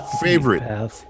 favorite